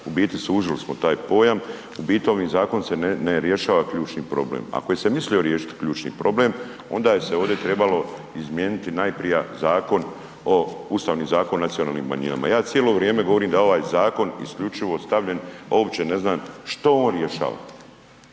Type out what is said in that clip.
u biti suzili smo taj pojam u biti ovim zakonom se ne rješava ključni problem. Ako je se mislio riješiti ključni problem onda je se ovdje trebalo izmijeniti najprija Ustavni zakon o nacionalnim manjinama. Ja cijelo vrijeme govorim da ovaj zakon isključivo stavljen, a uopće ne znam što on rješava.